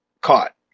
caught